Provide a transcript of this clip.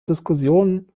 diskussionen